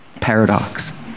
Paradox